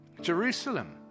Jerusalem